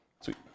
Sweet